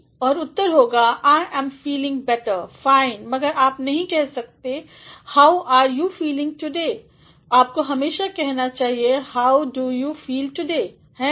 और उत्तर होगा I am feeling better fine मगर आप नहीं कह सकते हैं how are you feeling today आपको हमेशा कहना चाइए how do you feel today है ना